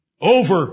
over